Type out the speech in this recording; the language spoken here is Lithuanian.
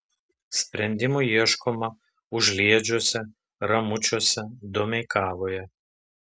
sprendimų ieškoma užliedžiuose ramučiuose domeikavoje